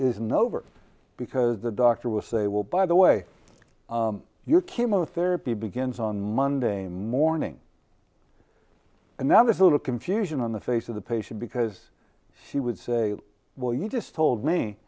isn't over because the doctor will say well by the way your chemotherapy begins on monday morning and now there's a little confusion on the face of the patient because she would say well you just told me